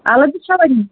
اَلہٕ تہِ چھَوا نِنۍ